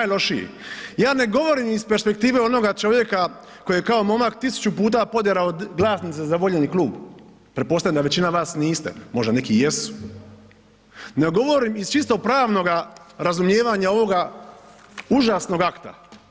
Ja ne govorim iz perspektive onoga čovjeka koji je kao momak tisuću puta poderao glasnice za voljeni klub, pretpostavljam da većina vas niste, možda neki jesu, nego govorim iz čisto pravnoga razumijevanja ovoga užasnog akta.